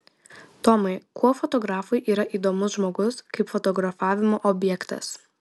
tomai kuo fotografui yra įdomus žmogus kaip fotografavimo objektas